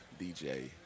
DJ